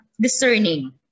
discerning